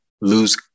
lose